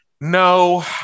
no